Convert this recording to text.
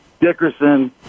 Dickerson